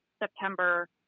September